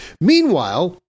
Meanwhile